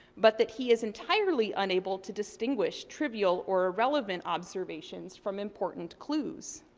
but that he is entirely unable to distinguish trivial or irrelevant observations from important clues.